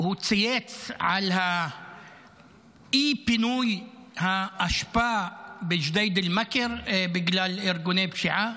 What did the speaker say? הוא צייץ על אי-פינוי האשפה בג'דיידה-מכר בגלל ארגוני פשיעה?